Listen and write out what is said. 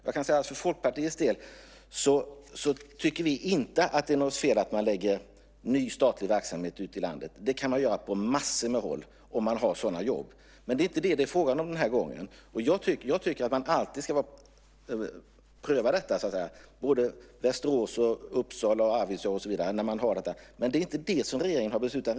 Jag kan säga för Folkpartiets del att vi inte tycker att det är något fel att förlägga ny statlig verksamhet ute i landet. Det kan man göra på massor av håll, om man har sådana jobb. Men det är inte detta det är fråga om den här gången. Jag tycker att man alltid ska pröva det, oavsett om det gäller Västerås, Uppsala, Arvidsjaur och så vidare. Men det är inte det som regeringen har beslutat.